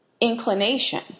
inclination